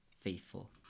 faithful